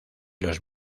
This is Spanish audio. los